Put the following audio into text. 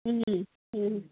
ಹ್ಞೂ ಹ್ಞೂ